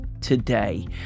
today